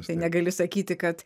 tai negali sakyti kad